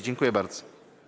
Dziękuję bardzo.